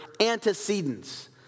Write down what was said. antecedents